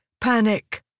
panic